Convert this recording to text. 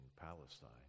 Palestine